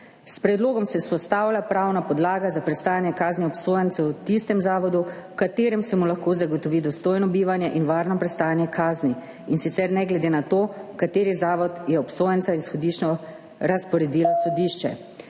S predlogom se vzpostavlja pravna podlaga za prestajanje kazni obsojencev v tistem zavodu, v katerem se mu lahko zagotovi dostojno bivanje in varno prestajanje kazni, in sicer ne glede na to, v kateri zavod je obsojenca izhodiščno razporedilo sodišče.